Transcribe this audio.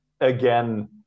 again